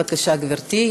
בבקשה, גברתי.